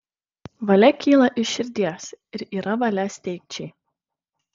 valia kyla iš širdies ir yra valia steigčiai